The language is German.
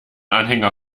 anhänger